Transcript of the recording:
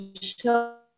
show